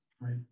right